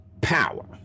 power